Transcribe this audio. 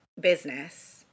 business